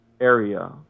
area